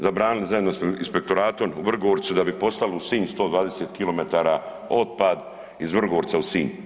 Zabranili zajedno sa inspektoratom u Vrgorcu da bi poslali u Sinj 120 km otpad iz Vrgorca u Sinj.